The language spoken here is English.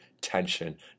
tension